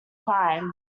crime